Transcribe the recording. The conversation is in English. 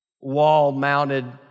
wall-mounted